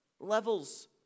levels